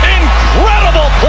Incredible